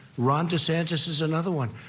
ron desantis is another one.